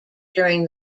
during